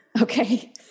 Okay